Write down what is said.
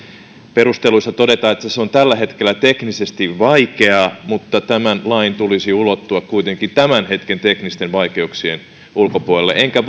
perusteluissa todetaan että se se on tällä hetkellä teknisesti vaikeaa tämän lain tulisi ulottua kuitenkin tämän hetken teknisten vaikeuksien ulkopuolelle enkä